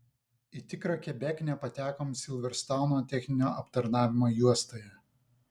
į tikrą kebeknę patekome silverstouno techninio aptarnavimo juostoje